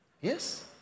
Yes